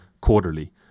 quarterly